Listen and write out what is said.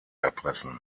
erpressen